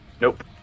Nope